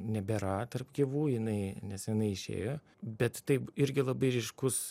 nebėra tarp gyvųjų jinai neseniai išėjo bet taip irgi labai ryškus